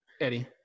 Eddie